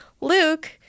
Luke